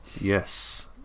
Yes